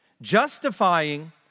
Justifying